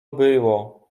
było